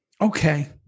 okay